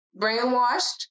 brainwashed